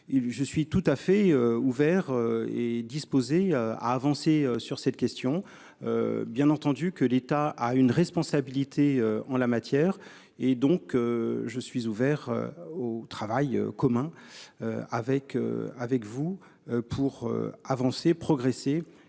je suis tout à fait ouverts et disposés à avancer sur cette question. Bien entendu que l'état a une responsabilité en la matière et donc je suis. Je suis ouvert au travail commun. Avec avec vous pour avancer, progresser